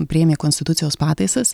priėmė konstitucijos pataisas